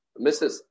Mrs